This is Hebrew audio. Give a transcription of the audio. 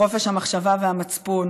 חופש המחשבה והמצפון,